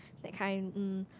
that kind mm